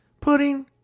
Pudding